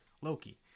Loki